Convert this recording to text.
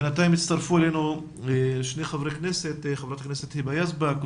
הצטרפו אלינו שני חברי כנסת נוספים,